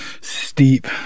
steep